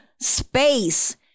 space